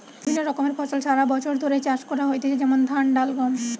বিভিন্ন রকমের ফসল সারা বছর ধরে চাষ করা হইতেছে যেমন ধান, ডাল, গম